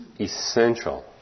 essential